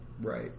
Right